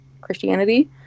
christianity